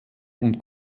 und